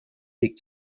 weg